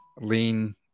lean